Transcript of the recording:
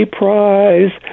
prize